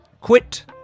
quit